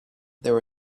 there